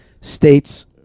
states